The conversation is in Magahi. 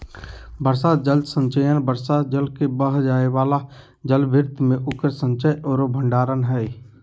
वर्षा जल संचयन वर्षा जल के बह जाय वाला जलभृत में उकर संचय औरो भंडारण हइ